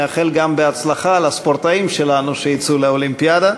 נאחל גם בהצלחה לספורטאים שלנו שיצאו לאולימפיאדה.